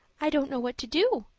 i don't know what to do,